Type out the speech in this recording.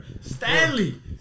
Stanley